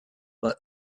but